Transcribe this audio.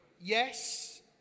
Yes